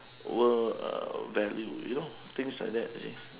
world uh value you know things like that you see